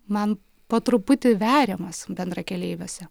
man po truputį veriamas bendrakeleiviuose